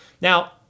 Now